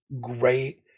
great